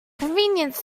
convenience